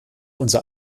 unser